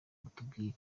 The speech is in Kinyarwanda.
batubwire